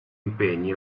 impegni